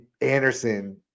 Anderson